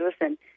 listen